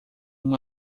uma